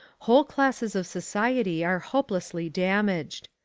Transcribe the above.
whole classes of society are hopelessly damaged.